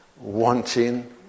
wanting